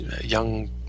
young